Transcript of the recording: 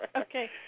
okay